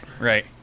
right